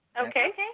Okay